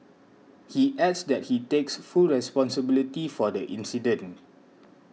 he adds that he takes full responsibility for the incident